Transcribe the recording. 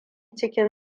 cikin